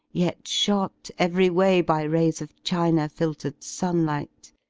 yet shot every way. by rays of chma-filtered sunlight,